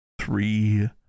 three